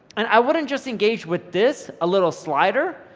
and i wouldn't just engage with this, a little slider.